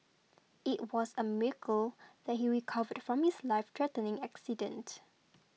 it was a miracle that he recovered from his lifethreatening accident